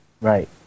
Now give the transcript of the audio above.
Right